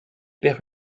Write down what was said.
perd